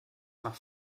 nach